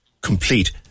complete